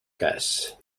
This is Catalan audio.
cas